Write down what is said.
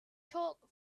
chalk